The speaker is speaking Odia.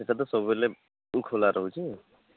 ଏଇଟା ତ ସବୁବେଳେ ଖୋଲା ରହୁଛି